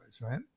right